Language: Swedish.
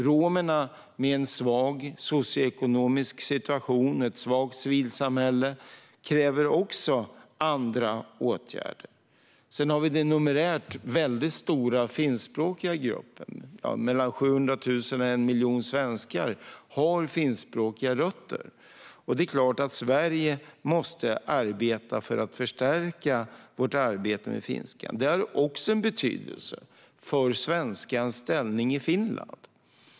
Romerna, med en svag socioekonomisk situation och ett svagt civilsamhälle, kräver också andra åtgärder. Sedan har vi den numerärt väldigt stora finskspråkiga gruppen - mellan 700 000 och 1 miljon svenskar har finskspråkiga rötter. Det är klart att Sverige måste förstärka arbetet med finskan. Detta har också betydelse för svenskans ställning i Finland.